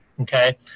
Okay